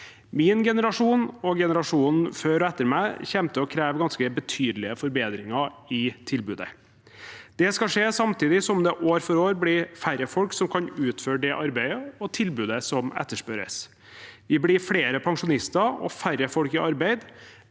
Min generasjon og generasjonen før og etter meg kommer til å kreve ganske betydelige forbedringer i tilbudet. Det skal skje samtidig som det år for år blir færre folk som kan utføre det arbeidet og tilbudet som etterspørres. Vi blir flere pensjonister og færre folk i arbeid,